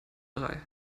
drei